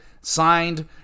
Signed